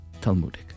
Talmudic